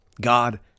God